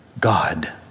God